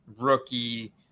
rookie